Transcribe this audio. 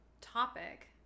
topic